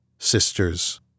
sisters